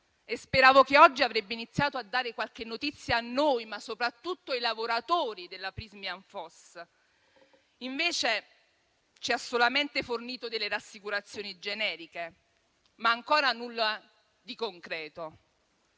speravo che oggi avrebbe iniziato a dare qualche notizia a noi, ma soprattutto ai lavoratori della Prysmian FOS. Invece, ci ha solamente fornito rassicurazioni generiche, ma ancora nulla di concreto.